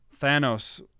thanos